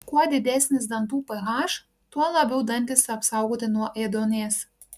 kuo didesnis dantų ph tuo labiau dantys apsaugoti nuo ėduonies